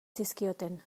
zizkioten